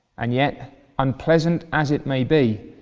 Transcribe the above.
and yet unpleasant as it may be,